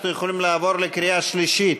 אנחנו יכולים לעבור לקריאה שלישית.